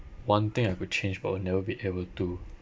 one thing I could change but would never be able to